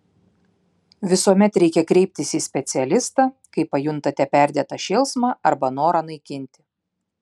visuomet reikia kreiptis į specialistą kai pajuntate perdėtą šėlsmą arba norą naikinti